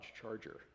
Charger